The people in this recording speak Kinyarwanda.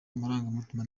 amarangamutima